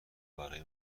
برای